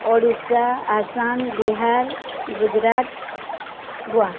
Odisha Assam Bihar Gujarat Goa